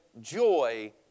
joy